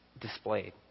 displayed